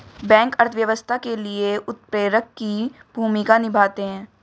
bank अर्थव्यवस्था के लिए उत्प्रेरक की भूमिका निभाते है